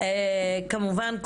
כמובן,